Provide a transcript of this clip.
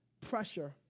pressure